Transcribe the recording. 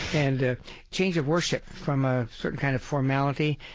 and change of worship from a certain kind of formality.